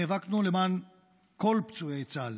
נאבקנו למען כל פצועי צה"ל